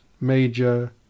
major